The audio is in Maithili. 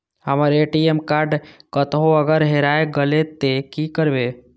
हमर ए.टी.एम कार्ड कतहो अगर हेराय गले ते की करबे?